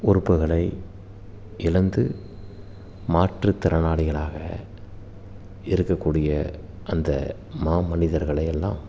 உறுப்புகளை இழந்து மாற்றுத்திறனாளிகளாக இருக்கக்கூடிய அந்த மாமனிதர்களையெல்லாம்